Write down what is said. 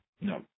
No